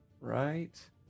Right